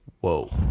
Whoa